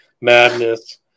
madness